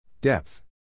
Depth